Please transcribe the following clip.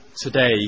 Today